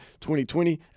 2020